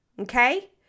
Okay